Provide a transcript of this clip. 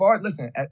listen